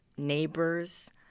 neighbors